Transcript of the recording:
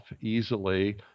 easily